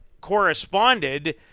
corresponded